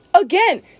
again